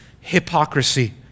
hypocrisy